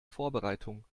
vorbereitung